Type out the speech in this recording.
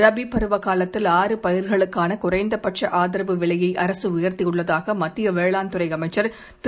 ரபீ பருவ காலத்தில் ஆறு பயிர்களுக்கான குறைந்த பட்ச ஆதரவு விலையை அரசு உயர்த்தியுள்ளதாக மத்திய வேளாண் துறை அமைச்சர் திரு